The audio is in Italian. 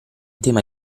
tema